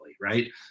right